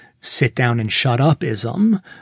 sit-down-and-shut-up-ism